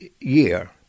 year